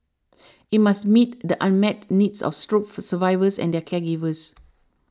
it must meet the unmet needs of stroke for survivors and their caregivers